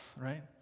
right